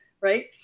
Right